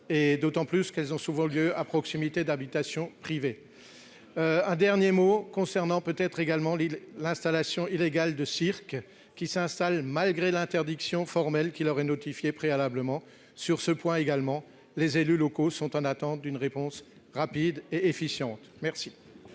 et d'autant plus qu'elles ont souvent lieu à proximité d'habitations privées, un dernier mot concernant peut être également Lille l'installation illégale de cirque qui s'installe malgré l'interdiction formelle qui leur est notifiée préalablement sur ce point également, les élus locaux sont en attente d'une réponse rapide et efficiente merci.